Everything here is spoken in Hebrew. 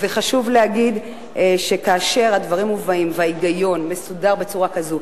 וחשוב להגיד שכאשר הדברים מובאים וההיגיון מסודר בצורה כזו,